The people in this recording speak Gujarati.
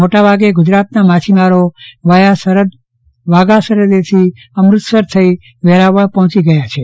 મોટાભાગે ગુજરાતના માછીમારોને વાઘા સરહદેથી અમૂતસર થઇ વેરાવળ પહોચી આવ્યા છે